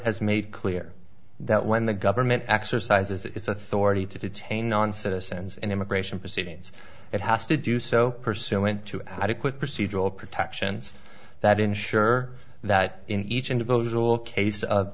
has made clear that when the government exercises its authority to detain non citizens and immigration proceedings it has to do so pursuant to adequate procedural protections that ensure that in each individual case of